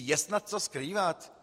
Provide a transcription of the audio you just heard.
Je snad co skrývat?